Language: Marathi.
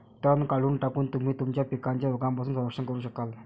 तण काढून टाकून, तुम्ही तुमच्या पिकांचे रोगांपासून संरक्षण करू शकाल